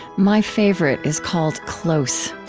my favorite is called close.